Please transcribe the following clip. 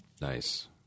Nice